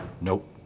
nope